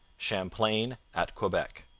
champlain at quebec